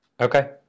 Okay